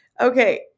Okay